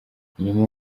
nyuma